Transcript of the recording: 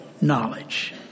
knowledge